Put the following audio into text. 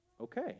okay